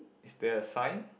is there are signs